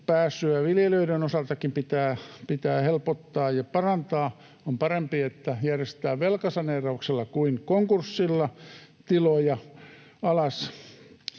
viljelijöidenkin osalta pitää helpottaa ja parantaa — on parempi, että järjestetään velkasaneerauksella kuin konkurssilla tiloja alas.